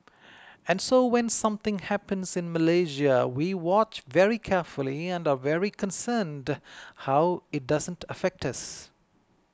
and so when something happens in Malaysia we watch very carefully and are very concerned how it doesn't affects us